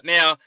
Now